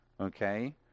Okay